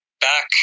back